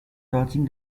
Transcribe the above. touching